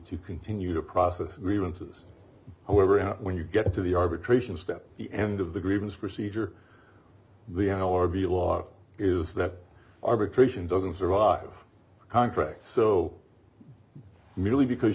to continue the process we went over when you get to the arbitration step the end of the grievance procedure the n l r b law is that arbitration doesn't survive contract so merely because